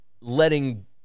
letting